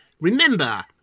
remember